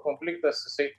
konfliktas jisai